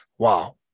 Wow